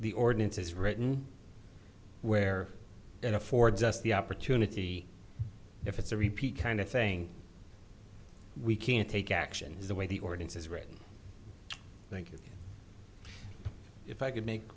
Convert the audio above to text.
e ordinance is written where it affords us the opportunity if it's a repeat kind of thing we can take action is the way the ordinance is written thank you if i could make